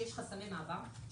שיש חסמי מעבר,